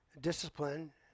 discipline